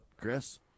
Chris